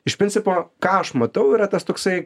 iš principo ką aš matau yra tas toksai